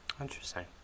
Interesting